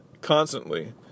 Constantly